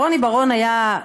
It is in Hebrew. רוני בר-און היה,